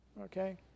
Okay